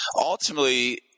ultimately